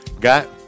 Got